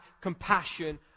compassion